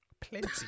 plenty